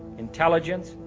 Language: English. intelligence,